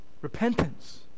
Repentance